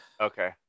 Okay